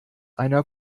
einer